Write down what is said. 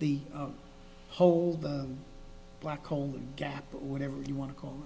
the whole black hole gap whatever you want to call